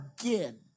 again